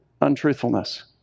untruthfulness